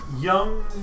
young